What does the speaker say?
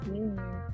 union